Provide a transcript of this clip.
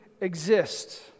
exist